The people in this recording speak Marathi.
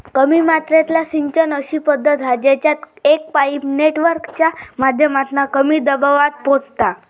कमी मात्रेतला सिंचन अशी पद्धत हा जेच्यात एक पाईप नेटवर्कच्या माध्यमातना कमी दबावात पोचता